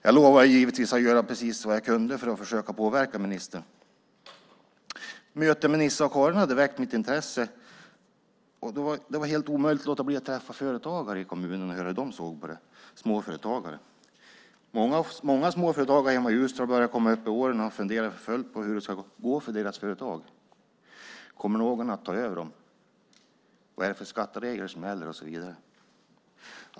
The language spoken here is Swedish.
Självfallet lovade jag att jag skulle göra vad jag kunde för att försöka påverka ministern. Mötet med Nisse och Karin väckte ett intresse hos mig. Det blev helt omöjligt att låta bli att träffa småföretagare i kommunen för att höra hur de såg på detta. Många småföretagare hemma i Ljusdal börjar komma upp i åren. De funderar för fullt på hur det ska gå för deras företag. Kommer någon att ta över företagen? Vilka skatteregler gäller och så vidare?